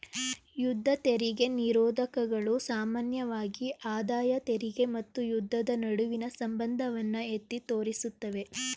ಯುದ್ಧ ತೆರಿಗೆ ನಿರೋಧಕಗಳು ಸಾಮಾನ್ಯವಾಗಿ ಆದಾಯ ತೆರಿಗೆ ಮತ್ತು ಯುದ್ಧದ ನಡುವಿನ ಸಂಬಂಧವನ್ನ ಎತ್ತಿ ತೋರಿಸುತ್ತವೆ